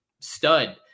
stud